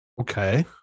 Okay